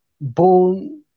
bone